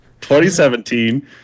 2017